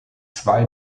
zwei